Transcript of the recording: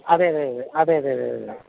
അതേ അതേ അതേ അതേ അതേ അതെ